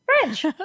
French